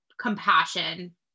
compassion